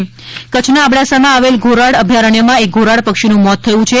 ઘોરાડ મોત કચ્છના અબડાસામાં આવેલ ઘોરાડ અભ્યારણ્યમાં એક ઘોરાડ પક્ષીનું મોત થયું છે